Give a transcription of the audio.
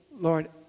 Lord